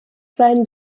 seien